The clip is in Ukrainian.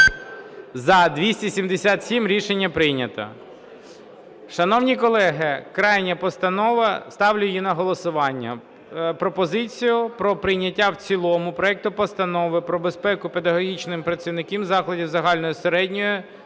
За-277 Рішення прийнято. Шановні колеги, крайня постанова, ставлю її на голосування, пропозицію про прийняття в цілому проекту Постанови про безпеку педагогічних працівників закладів загальної середньої